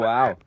Wow